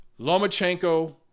Lomachenko